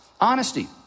honesty